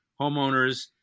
homeowners